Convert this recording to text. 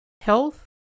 Health